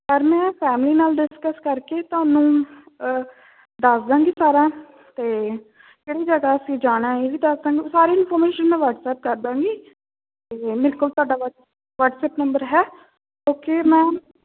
ਪਰ ਮੈਂ ਫੈਮਲੀ ਨਾਲ ਡਿਸਕਸ ਕਰਕੇ ਤੁਹਾਨੂੰ ਦੱਸ ਦਾਂਗੀ ਸਾਰਾ ਅਤੇ ਕਿਹੜੀ ਜਗ੍ਹਾ ਅਸੀਂ ਜਾਣਾ ਇਹ ਵੀ ਦੱਸ ਦਾਂਗੇ ਸਾਰੀ ਇਨਫੋਰਮੇਸ਼ਨ ਮੈਂ ਵਟਸਐਪ ਕਰ ਦਾਂਗੀ ਅਤੇ ਮੇਰੇ ਕੋਲ ਤੁਹਾਡਾ ਵਟਸਐਪ ਨੰਬਰ ਹੈ ਓਕੇ ਮੈਮ